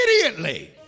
immediately